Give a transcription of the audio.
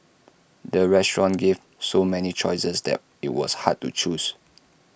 the restaurant gave so many choices that IT was hard to choose